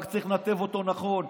רק צריך לנתב אותו נכון.